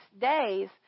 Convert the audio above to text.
days